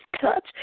touch